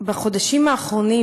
בחודשים האחרונים,